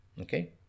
okay